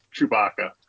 Chewbacca